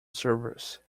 service